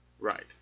Right